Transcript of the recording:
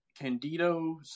Candido